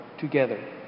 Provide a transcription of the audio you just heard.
together